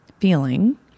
feeling